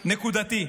נקודתי,